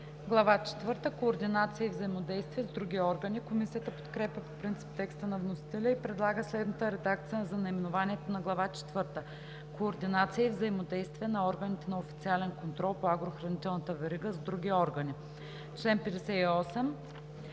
четвърта – Координация и взаимодействие с други органи“. Комисията подкрепя по принцип текста на вносителя и предлага следната редакция за наименованието на Глава четвърта: „Координация и взаимодействие на органите на официален контрол по агрохранителната верига с други органи“. По чл.